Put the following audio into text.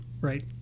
right